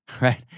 right